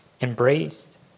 embraced